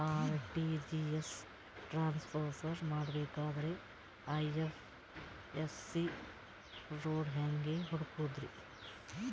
RTGS transfer ಮಾಡಬೇಕೆಂದರೆ IFSC code ಹೆಂಗ್ ಹುಡುಕೋದ್ರಿ?